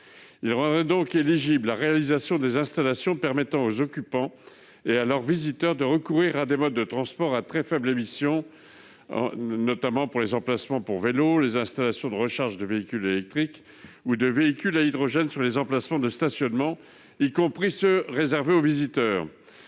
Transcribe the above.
un urbanisme rénové (ALUR) la réalisation des installations permettant aux occupants et à leurs visiteurs de recourir à des modes de transport à très faibles émissions, notamment les emplacements pour vélos, les installations de recharge de véhicules électriques ou de véhicules à hydrogène sur les emplacements de stationnement, y compris ceux réservés aux visiteurs.